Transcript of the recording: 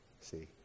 See